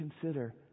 consider